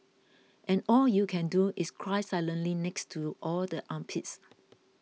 and all you can do is cry silently next to all the armpits